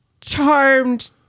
charmed